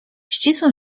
ścisłym